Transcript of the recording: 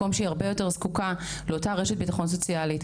מקום שהיא הרבה יותר זקוקה לרשת ביטחון סוציאלית.